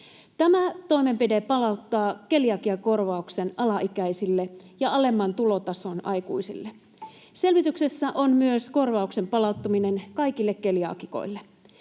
Tämä toimenpide palauttaa keliakiakorvauksen alaikäisille ja alemman tulotason aikuisille. Selvityksessä on myös korvauksen palauttaminen kaikille keliaakikoille.